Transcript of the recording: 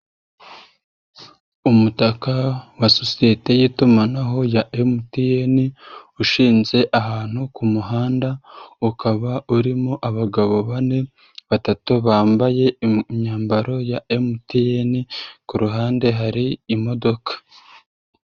Umutaka wa sosiyete y'itumanaho ya MTN, ushinze ahantu ku muhanda, ukaba urimo abagabo bane, batatu bambaye imyambaro ya MTN, ku ruhande hari imodoka.